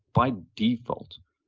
by default,